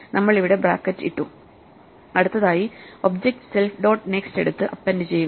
നമ്മൾ ഇവിടെ ബ്രാക്കറ് ഇട്ടു അടുത്തതായി ഒബ്ജക്റ്റ് സെൽഫ് ഡോട്ട് നെക്സ്റ്റ് എടുത്ത് അപ്പെൻഡ് ചെയ്യുക